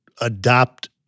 adopt